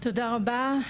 תודה רבה.